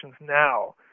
now